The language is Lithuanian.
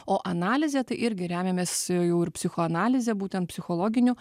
o analizė tai irgi remiamės jau ir psichoanalize būtent psichologiniu